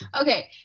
Okay